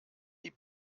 die